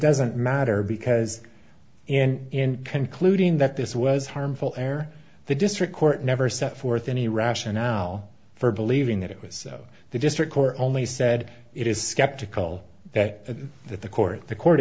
doesn't matter because in concluding that this was harmful air the district court never set forth any rationale for believing that it was the district court only said it is skeptical that the court the court